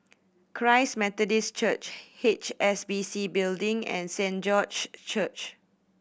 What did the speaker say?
Christ Methodist Church H S B C Building and Saint George's Church